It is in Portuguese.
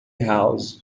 house